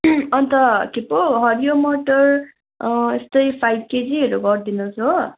अन्त के पो हरियो मटर यस्तै फाइभ केजीहरू गरिदिनुहोस् हो